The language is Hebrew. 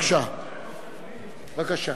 בבקשה.